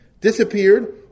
Disappeared